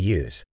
use